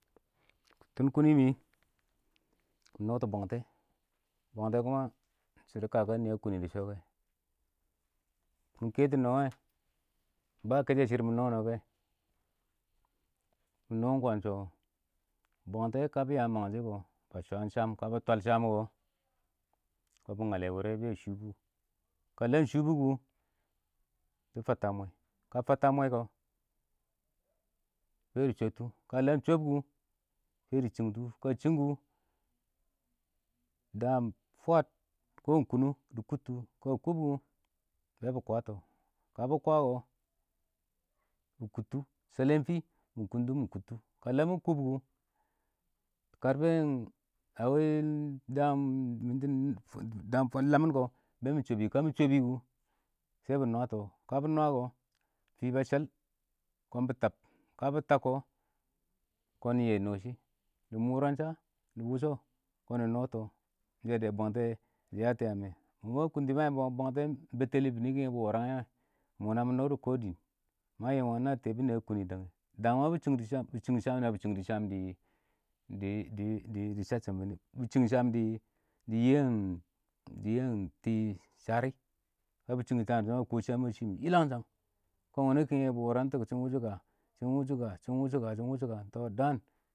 ﻿tʊɲ kuni mɪ, mɪ nɔtɔ bwangtɛ, bwangtɛ kʊma ɪng shɪdo na fan kakan nɪyɛ a kʊnnɪ dɪ shɔ kɛ, mɪ kɛtʊ nɔ wɛ, ba kɛshɛ shɪrr mɪ nɔ nɔ wɛ kɛ, mɪ nɔ ɪng kwaan shɔ wɔ. bwangtɛ kabɪ yang mangshɪ kɔ, bɪ swa ɪng sham, kabɪ twal sham wʊ kɔ, kɔn bɪ ngale wʊrɛ bɛɛ a shʊbʊ, ka lam shʊbʊ kʊ, bɪ fatta mwɛ, ka fatta mwɛ Kɔ, bɛ bɪ chɔbtʊ ka lam bɪ chɔb kʊ, bɛ dʊshɪng tʊ, ka shɪng kʊ, daam fwaad kɔ ɪng kʊnʊng kʊ dɪ kʊdtʊ, ka kʊb kʊ,bɛ bɪ kwatɔ, ka bɪ kwa kɔ, bɪ kʊttʊ dɪ shɛlɛn fɪ, mɪ kʊntʊ mɪ kʊttʊ, ka lam mɪ kʊng kɔ, daam fwaad lamɪn kɔ, bɛ mɪ shɔbɪ, ka mɪ shɔbɪ kʊ,shɛ bɪ nwatɔ, ka bɪ nwa kɔ, fɪ ba shɛl kɔn bɪ tab, ka bɪ tab kɔ kɔn nɪ yɛ nɔ shɪ, dɪ mʊran sha, dɪ wʊshɔ kɔn nɪ nɔ tɔ, yadda bangtɛ dɪ yatɔ yaam mɛ, mɔ ma kʊntɪ ma yɪmbɔ wa nge, bwangtɛn bɛttɛlɪ wʊnɪ bɪ wɔrangɛ wɛ ɪng mɔ namɪ nɔ dɔ kɔ dɪɪn, ma yɪm wngɪn, ɪng tɛbʊniyɛ a kʊntɪ dangɛ dang wɔ bɪ shɪng sham, na bɪ shɪng dʊ sham dɪ shashɪm bɪ nɪ, bɪ shɪng sham dɪ yiyən tɪ sharɪ, ka bɪ shɪm sham dɪ sho kɔ, ma kɔ sham a shɪm yɪlangshang, kɔn wʊnɪ kɪngngɛ bɪ wɔrangtʊ kɔ, shɪn wʊsha ka, shɪn wʊshʊ ka, shɪn wʊshʊ ka, tɔ daan.